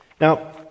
Now